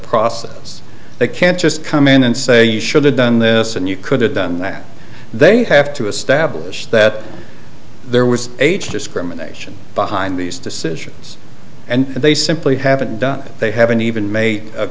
process they can't just come in and say you should have done this and you could have done that they have to establish that there was age discrimination behind these decisions and they simply haven't done it they haven't even made